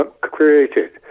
created